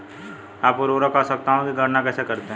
आप उर्वरक आवश्यकताओं की गणना कैसे करते हैं?